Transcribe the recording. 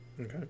Okay